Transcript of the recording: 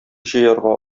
җыярга